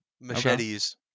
Machetes